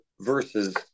versus